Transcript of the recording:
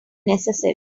necessary